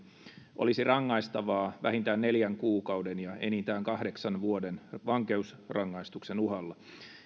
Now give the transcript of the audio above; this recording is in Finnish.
olisi rangaistavaa vähintään neljän kuukauden ja enintään kahdeksan vuoden vankeusrangaistuksen uhalla